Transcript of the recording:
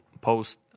post